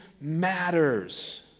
matters